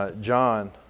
John